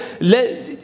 let